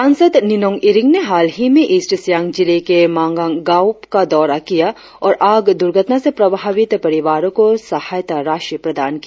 सांसद निनोंग इरिंग ने हालही में ईस्ट सियांग जिले के मांडांग गांव का दौरा किया और आग दुर्घटना से प्रभावित परिवारों को सहायता राशि प्रदान की